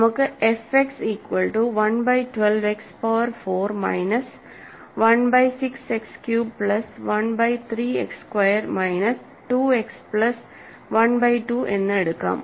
നമുക്ക് f x equal to 1 by 12 x power 4 minus 1 by 6 x cube plus 1 by 3 x squared minus 2 x plus 1 by 2 എന്ന് എടുക്കാം